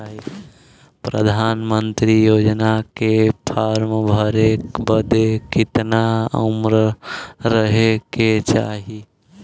प्रधानमंत्री योजना के फॉर्म भरे बदे कितना उमर रहे के चाही?